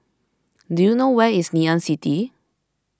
do you know where is Ngee Ann City